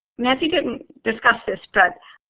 nancy didn't discuss this, but